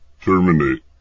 Terminate